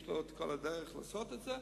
יש לו את כל הדרכים לעשות את זה,